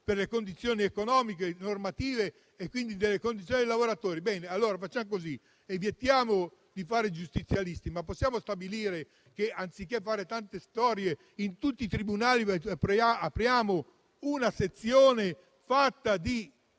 per le condizioni economiche e normative e per le condizioni dei lavoratori. Bene, allora facciamo così: evitiamo di fare i giustizialisti, ma stabiliamo che, anziché fare tante storie in tutti i tribunali, apriamo una sezione composta di